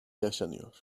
yaşanıyor